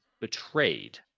betrayed